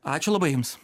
ačiū labai jums